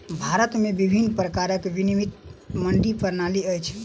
भारत में विभिन्न प्रकारक विनियमित मंडी प्रणाली अछि